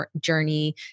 journey